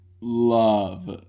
Love